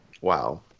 wow